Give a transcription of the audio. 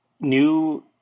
new